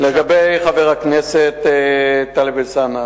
לחבר הכנסת טלב אלסאנע